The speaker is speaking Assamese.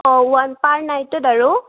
অঁ ওৱান পাৰ নাইটত আৰু